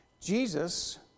Jesus